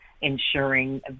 ensuring